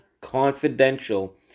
confidential